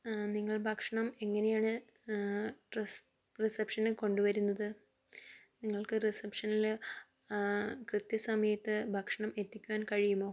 നിങ്ങൾ ഭക്ഷണം എങ്ങനെയാണ് ഋ റിസെപ്ഷനിൽ കൊണ്ടു വരുന്നത് നിങ്ങൾക്ക് റിസെപ്ഷനിൽ കൃത്യസമയത്ത് ഭക്ഷണം എത്തിക്കുവാൻ കഴിയുമോ